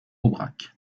aubrac